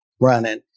running